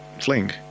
fling